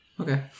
Okay